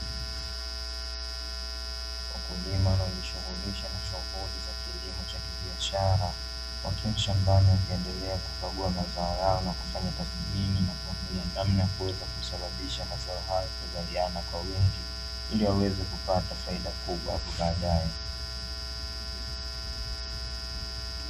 Wakulima wanaojishughulisha na shughuli za kilimo cha kibiashara, wakiwa shambani wakiendelea kukagua mazao yao na kufanya tathmini, na kuangalia namna ya kuweza kusababisha mazao hayo kuweza kuzaliana kwa wingi, ili waweze kupata faida kubwa hapo baadae.